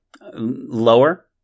Lower